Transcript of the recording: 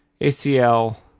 ACL